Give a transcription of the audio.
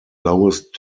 lowest